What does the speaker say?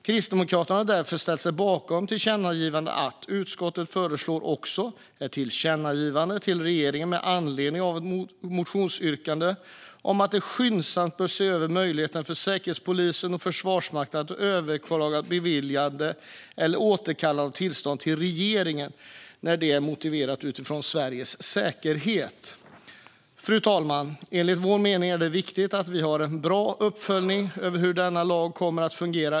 Kristdemokraterna har därför ställt sig bakom tillkännagivandet: "Utskottet föreslår också ett tillkännagivande till regeringen med anledning av ett motionsyrkande om att den skyndsamt bör se över möjligheten för Säkerhetspolisen och Försvarsmakten att överklaga beviljande eller återkallande av tillstånd till regeringen när det är motiverat utifrån Sveriges säkerhet." Fru talman! Enligt vår mening är det viktigt att vi har en bra uppföljning över hur denna lag kommer att fungera.